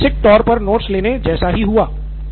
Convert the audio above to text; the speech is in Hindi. जो की बेसिक तौर पर नोट्स लेने जैसा ही हुआ